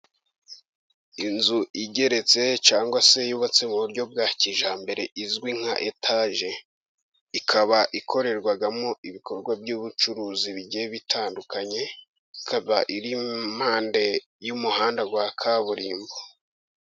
Inzu igeretse cyangwa se yubatse mu buryo bwa kijyambere izwi nka etaje, ikaba ikorerwamo ibikorwa by'ubucuruzi bigiye bitandukanye, ikaba iri impande y'umuhanda wa kaburimbo.